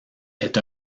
est